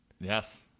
Yes